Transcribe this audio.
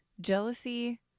jealousy